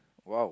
!wow!